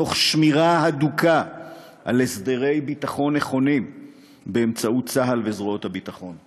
תוך שמירה הדוקה על הסדרי ביטחון נכונים באמצעות צה"ל וזרועות הביטחון.